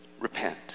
repent